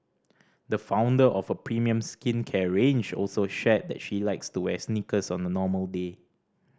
the founder of a premium skincare range also shared that she likes to wear sneakers on a normal day